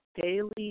daily